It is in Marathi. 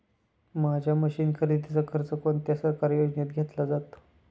माझ्या मशीन खरेदीचा खर्च कोणत्या सरकारी योजनेत घेतला जातो?